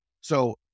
So-